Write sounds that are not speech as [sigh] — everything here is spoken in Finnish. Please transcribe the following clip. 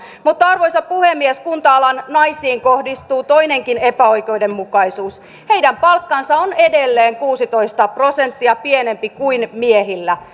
mutta arvoisa puhemies kunta alan naisiin kohdistuu toinenkin epäoikeudenmukaisuus heidän palkkansa on edelleen kuusitoista prosenttia pienempi kuin miehillä [unintelligible]